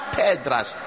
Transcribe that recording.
pedras